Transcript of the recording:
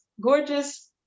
gorgeous